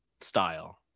style